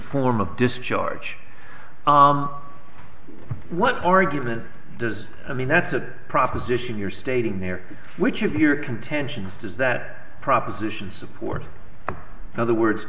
form of discharge what argument does i mean that's the proposition you're stating there which of your contentions does that proposition support other words